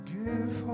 give